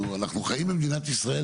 אנחנו חיים במדינת ישראל,